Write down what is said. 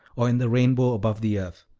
or in the rainbow above the earth.